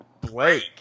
Blake